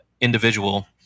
individual